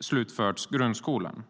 slutfört grundskolan.